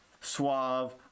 suave